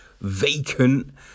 vacant